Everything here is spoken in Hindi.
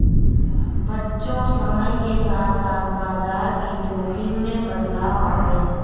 बच्चों समय के साथ साथ बाजार के जोख़िम में बदलाव आते हैं